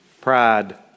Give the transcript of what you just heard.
Pride